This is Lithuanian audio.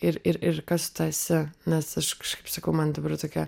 ir ir ir kas tu esi nes aš kažkaip sakau man dabar tokia